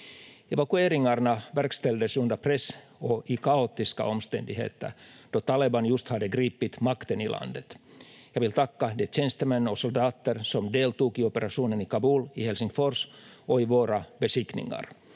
Evakueringarna verkställdes under press och i kaotiska omständigheter, då Taleban just hade gripit makten i landet. Jag vill tacka de tjänstemän och soldater som deltog i operationen i Kabul, i Helsingfors och i våra beskickningar.